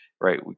right